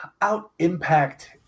out-impact